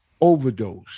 overdose